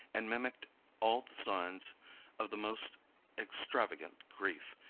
and mimicked all the signs of the most extravagant grief,